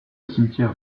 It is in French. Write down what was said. cimetière